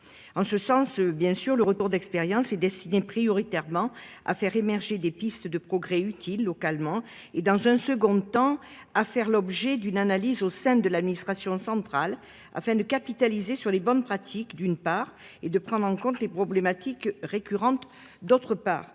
en ce sens bien sûr le retour d'expérience et. Prioritairement à faire émerger des pistes de progrès utile localement et dans un second temps, à faire l'objet d'une analyse au sein de l'administration centrale afin de capitaliser sur les bonnes pratiques, d'une part et de prendre en compte les problématiques récurrentes. D'autre part